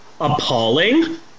Appalling